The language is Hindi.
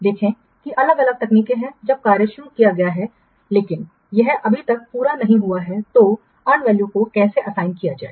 देखें कि अलग अलग तकनीकें हैं जब कार्य शुरू किया गया है लेकिन यह अभी तक पूरा नहीं हुआ है तो अर्न वैल्यू को कैसे असाइन किया जाए